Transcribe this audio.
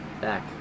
back